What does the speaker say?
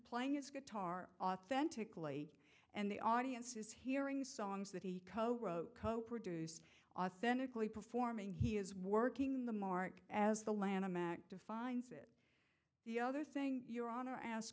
playing his guitar authentically and the audience is hearing songs that he co wrote co produced authentically performing he is working the mark as the lanham act defines it the other thing your honor ask